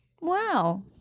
Wow